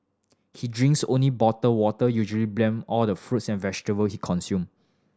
he drinks only bottled water usually blend all the fruits and vegetable he consume